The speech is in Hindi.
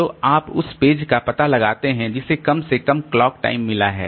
तो आप उस पेज का पता लगाते हैं जिसे कम से कम क्लॉक टाइम मिला है